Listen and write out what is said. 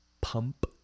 Pump